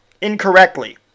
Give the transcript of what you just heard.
incorrectly